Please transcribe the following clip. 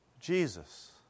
Jesus